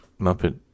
Muppet